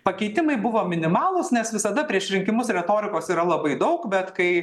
pakeitimai buvo minimalūs nes visada prieš rinkimus retorikos yra labai daug bet kai